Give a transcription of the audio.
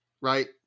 right